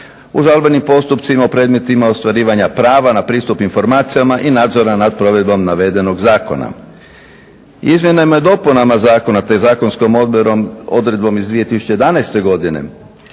u žalbenim postupcima u predmetima ostvarivanja prava na pristup informacijama i nadzora nad provedbom navedenog zakona. Izmjenama i dopunama zakona te zakonskom odredbom iz 2011. godine